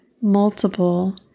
multiple